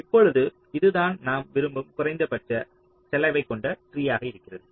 இப்பொழுது இதுதான் நாம் விரும்பும் குறைந்தபட்ச செலவை கொண்ட ட்ரீயாக இருக்கிறது